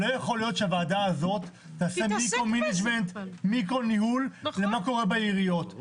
לא יכול להיות שהוועדה הזאת תעשה מיקרו ניהול למה קורה בעיריות,